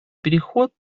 переход